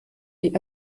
die